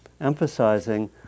emphasizing